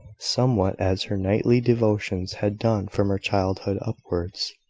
somewhat as her nightly devotions had done from her childhood upwards.